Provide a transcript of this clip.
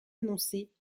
annoncé